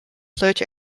such